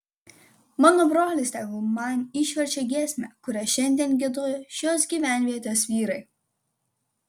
mano brolis tegu man išverčia giesmę kurią šiandien giedojo šios gyvenvietės vyrai